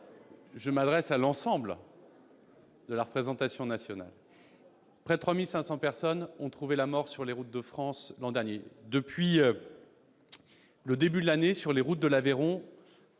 je m'adresse à l'ensemble de la représentation nationale -près de 3 500 personnes ont trouvé la mort sur les routes de France l'an dernier. C'est reparti ! Depuis le début de l'année, sur les routes de l'Aveyron,